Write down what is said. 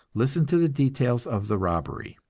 listen to the details of the robbery